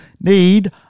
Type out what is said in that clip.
need